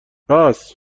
راس